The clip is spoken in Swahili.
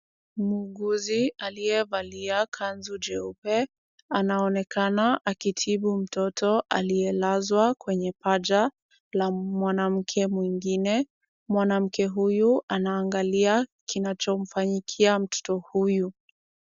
Muuguzi aliyevalia kanzu jeupe, anaonekana akitibu mtoto aliyelazwa kwenye paja la mwanamke mwingine. Mwanamke huyu anaangalia kinachomfanyikia mtoto huyu.